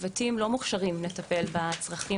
הצוותים לא מוכשרים כדי לטפל בצרכים